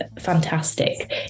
fantastic